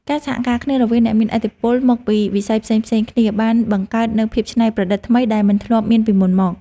ការសហការគ្នារវាងអ្នកមានឥទ្ធិពលមកពីវិស័យផ្សេងៗគ្នាបានបង្កើតនូវភាពច្នៃប្រឌិតថ្មីដែលមិនធ្លាប់មានពីមុនមក។